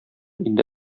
инде